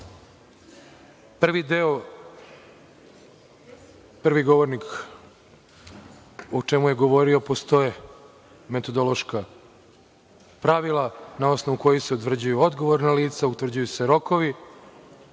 deo, prvi govornik o čemu je govorio, postoje metodološka pravila na osnovu kojih se utvrđuju odgovorna lica, utvrđuju se rokovi.